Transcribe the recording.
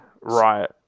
Right